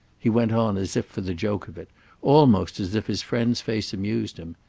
he went on as if for the joke of it almost as if his friend's face amused him.